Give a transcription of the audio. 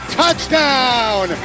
touchdown